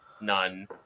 None